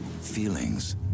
Feelings